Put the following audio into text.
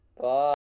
Bye